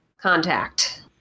contact